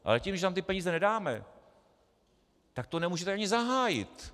Ale tím, že tam ty peníze nedáme, tak to nemůžete ani zahájit.